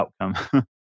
outcome